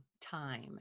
time